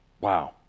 Wow